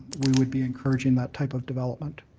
we would be encouraging that type of development.